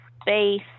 space